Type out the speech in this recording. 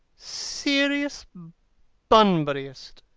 serious bunburyist!